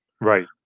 Right